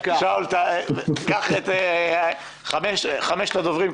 קח את החמשת הדוברים,